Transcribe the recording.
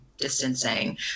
distancing